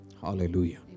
Hallelujah